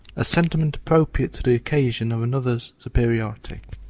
a sentiment appropriate to the occasion of another's superiority.